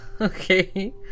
Okay